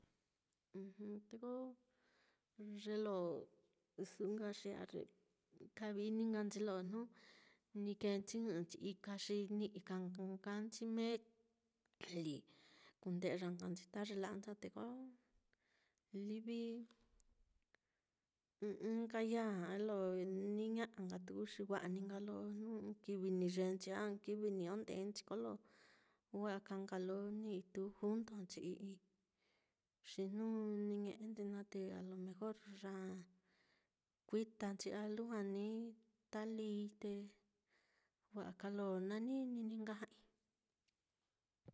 ju te ko ye lo su'u nka xi a ye kavi-ini nka nchi ye lo jnu ni kēēnchi jɨ'inchi ika xi, ni'i ka nka nchi meli, kunde'ya nka nchi ta ye la'ancha'a, te ko livi ɨ́ɨ́n ɨ́ɨ́n nkai ya a ja'a lo, ní ña'a nka tuku xi wa'a ni nka lo jnu ɨ́ɨ́n kivi ni yeenchi a ɨ́ɨ́n kivi niño ndeenchi kolo wa'a ka nka lo ni ituu juntonchi i'ii, xi jnu ni ñe'enchi naá, te a lo mejor ya já kuitanchi a lujua ní ta líi, te wa'a ka nka lo nanini ní nka ja'ai.